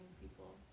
people